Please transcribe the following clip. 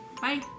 Bye